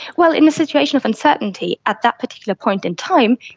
well, in the situation of uncertainty at that particular point in time,